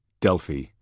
Delphi